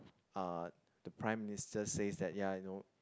uh the Prime Minister says that ya I know